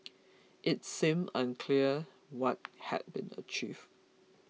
it seemed unclear what had been achieved